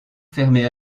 fermée